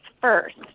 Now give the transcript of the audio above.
first